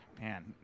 Man